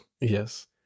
Yes